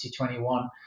2021